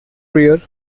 prayer